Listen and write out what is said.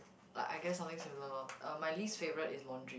like I guess something similar loh uh my least favourite is laundry